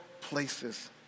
places